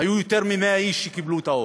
היו יותר מ-100 איש שקיבלו את האות.